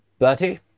Bertie